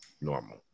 normal